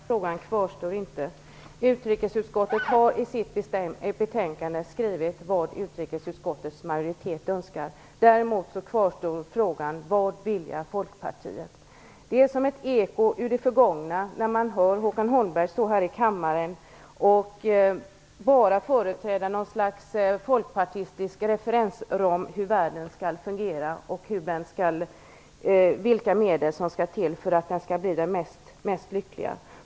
Herr talman! Nej, Håkan Holmberg, den frågan kvarstår inte. Utrikesutskottet har i sitt betänkande skrivit vad utrikesutskottets majoritet önskar. Däremot kvarstår frågan: Vad vill Folkpartiet? Det är som ett eko ur det förgångna att här i kammaren höra Håkan Holmberg bara företräda något slags folkpartistisk referensram om hur världen skall fungera och vilka medel som skall till för att den skall bli den mest lyckliga.